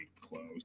close